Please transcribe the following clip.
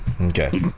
Okay